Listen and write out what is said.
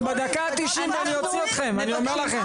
אנחנו בדקה ה-90 ואני אוציא אתכם, אני אומר לכם.